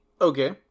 Okay